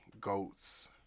GOATS